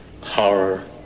Horror